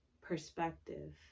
perspective